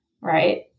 right